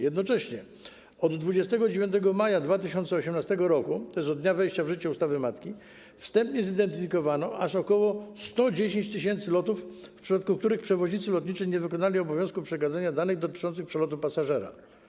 Jednocześnie od 29 maja 2018 r., tj. od dnia wejścia w życie ustawy matki, wstępnie zidentyfikowano aż ok. 110 tys. lotów, w przypadku których przewoźnicy lotniczy nie wykonali obowiązku przekazania danych dotyczących przelotu pasażera.